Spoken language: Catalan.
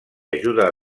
ajuda